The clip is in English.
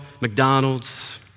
McDonald's